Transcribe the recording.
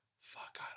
fuck